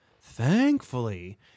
Thankfully